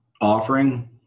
offering